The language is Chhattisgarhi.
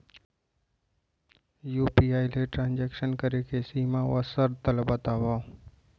यू.पी.आई ले ट्रांजेक्शन करे के सीमा व शर्त ला बतावव?